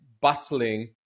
battling